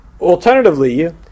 Alternatively